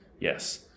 yes